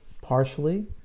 partially